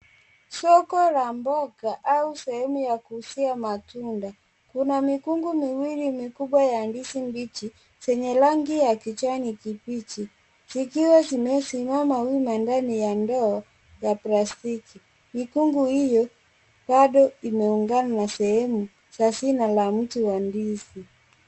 Soko la mboga au sehemu ya kuuzia matunda. Kuna mikungu miwili ya ndizi mbichi zenye rangi ya kijani kibichi, zikiwa zimesimama wima ndani ya ndoo za plastiki. Mikungu hiyo bado imeungana na sehemu za shina la mti wa ndizi.